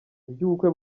iby’ubukwe